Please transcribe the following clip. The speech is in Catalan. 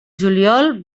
juliol